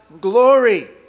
glory